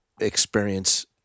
experience